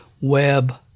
web